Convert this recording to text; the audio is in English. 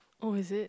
oh is it